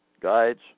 guides